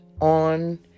on